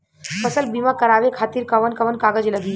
फसल बीमा करावे खातिर कवन कवन कागज लगी?